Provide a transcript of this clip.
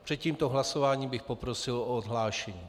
Před tímto hlasováním bych poprosil o odhlášení.